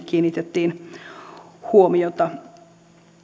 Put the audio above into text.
kiinnitettiin huomiota